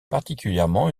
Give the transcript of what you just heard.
particulièrement